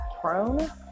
prone